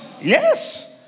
Yes